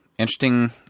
Interesting